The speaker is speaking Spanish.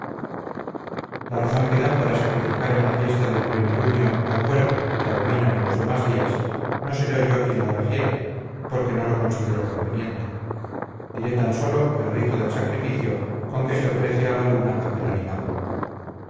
la razón que dan para sacrificar en la fiesta del plenilunio al puerco que abominan en los demás días no seré yo quien la refiera porque no lo considero conveniente diré tan sólo el rito del sacrificio con que se ofrece a la luna aquel animal